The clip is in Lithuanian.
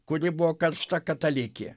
kuri buvo karšta katalikė